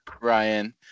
Ryan